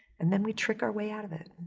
and then we trick our way out of it.